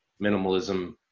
minimalism